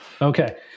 Okay